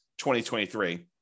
2023